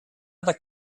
other